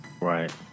Right